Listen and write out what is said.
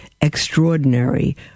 extraordinary